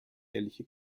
ehrliche